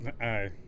Aye